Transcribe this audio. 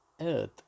earth